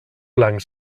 blanc